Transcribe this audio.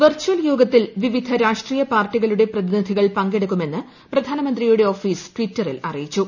virtual യോഗത്തിൽ വിവിധ രാഷ്ട്രീയ പാർട്ടികളുടെ പ്രതിനിധികൾ പങ്കെടുക്കുമെന്ന് പ്രധാനമന്ത്രിയുടെ ഓഫീസ് ടിറ്ററിൽ അറിയിച്ചു